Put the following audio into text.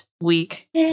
week